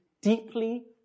deeply